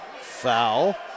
foul